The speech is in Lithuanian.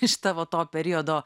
iš tavo to periodo